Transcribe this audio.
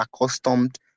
accustomed